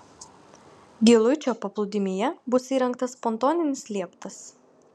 giluičio paplūdimyje bus įrengtas pontoninis lieptas